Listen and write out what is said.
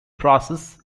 process